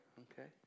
okay